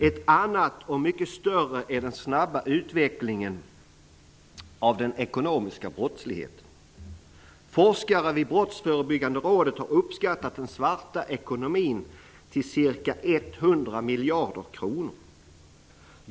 Ett annat och mycket större är den snabba utvecklingen av den ekonomiska brottsligheten. Forskare vid Brottsförebygggande rådet har uppskattat den svarta ekonomin till ca 100 miljarder kronor.